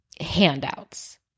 handouts